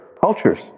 cultures